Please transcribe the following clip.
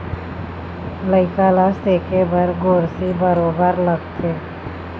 लइका ल सेके बर गोरसी बरोबर लगथे